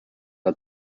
are